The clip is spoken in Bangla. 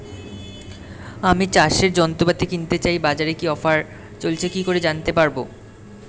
আমি চাষের যন্ত্রপাতি কিনতে চাই বাজারে কি কি অফার চলছে কি করে জানতে পারবো?